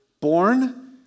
Born